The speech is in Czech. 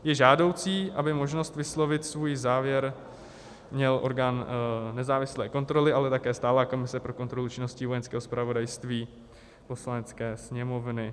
Je žádoucí, aby možnost vyslovit svůj závěr měl nejen orgán nezávislé kontroly, ale také stálá komise pro kontrolu činností Vojenského zpravodajství Poslanecké sněmovny.